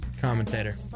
commentator